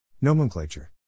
Nomenclature